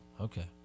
okay